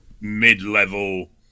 mid-level